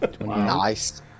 Nice